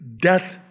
death